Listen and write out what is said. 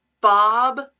Bob